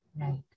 Right